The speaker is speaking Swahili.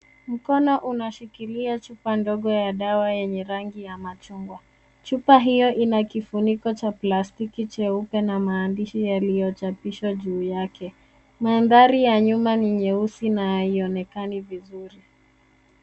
Mkono unashikilia chupa ndogo ya dawa yenye rangi ya machungwa. Chupa hiyo ina kifuniko cha plastiki cheupe na maandishi yaliyochapishwa juu yake. Mandhari ya nyuma ni nyeusi na haionekani vizuri.